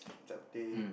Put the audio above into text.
Chapteh